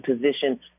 position